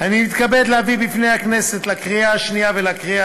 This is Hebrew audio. אני מתכבד להביא בפני הכנסת לקריאה השנייה ולקריאה